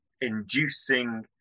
inducing